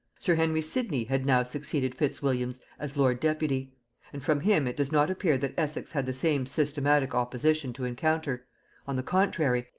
sir henry sidney had now succeeded fitzwilliams as lord-deputy and from him it does not appear that essex had the same systematic opposition to encounter on the contrary,